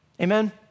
Amen